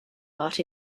art